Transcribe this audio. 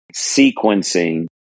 sequencing